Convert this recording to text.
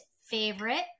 favorite